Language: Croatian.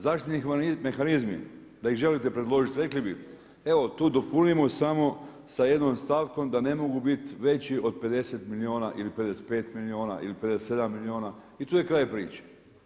Zaštitni mehanizmi da ih želite predložiti rekli bi evo tu dopunimo samo sa jednom stavkom da ne mogu bit veći od 50 milijuna ili 55 milijuna ili 57 milijuna i tu je kraj priči.